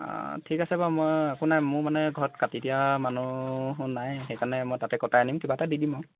অঁ ঠিক আছে বাৰু মই আপোনাৰ মোৰ মানে ঘৰত কাটি দিয়া মানুহ নাই সেইকাৰণে মই তাতে কটাই আনিম কিবা এটা দি দিম আৰু